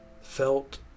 felt